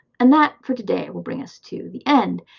and that, for today, will bring us to the end.